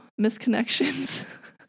misconnections